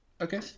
Okay